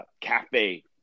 cafe